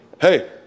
Hey